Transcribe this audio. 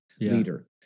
leader